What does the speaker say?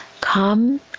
Come